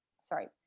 sorry